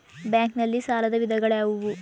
Bank ನಲ್ಲಿ ಸಾಲದ ವಿಧಗಳಾವುವು?